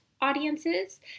audiences